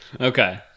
Okay